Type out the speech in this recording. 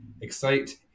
excite